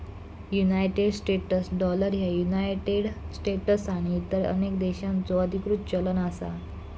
United States dollar ह्या United States आणि इतर अनेक देशांचो अधिकृत चलन असा